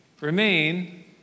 remain